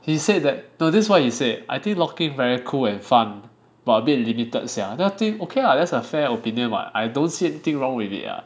he said that no this what he said I think locking very cool and fun but a bit limited sia then I think okay lah there's a fair opinion [what] I don't see anything wrong with it yeah